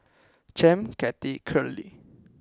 Champ Cathy Curley